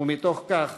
ומתוך כך